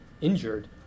injured